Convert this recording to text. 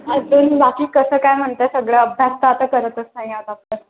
अजून बाकी कसं काय म्हणतं आहे सगळं अभ्यास तर आता करतच नाही आहे आपण